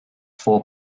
four